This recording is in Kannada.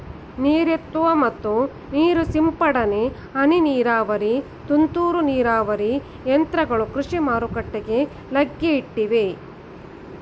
ನೀರೆತ್ತುವ ಮತ್ತು ನೀರು ಸಿಂಪಡನೆ, ಹನಿ ನೀರಾವರಿ, ತುಂತುರು ನೀರಾವರಿ ಯಂತ್ರಗಳು ಕೃಷಿ ಮಾರುಕಟ್ಟೆಗೆ ಲಗ್ಗೆ ಇಟ್ಟಿವೆ